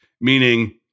Meaning